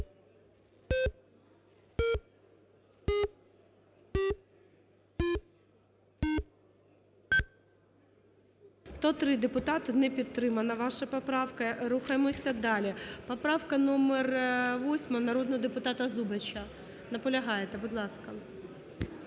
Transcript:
103 депутати, не підтримана ваша поправка. Рухаємося далі. Поправка номер 8 народного депутата Зубача. Наполягаєте. Будь ласка.